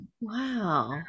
Wow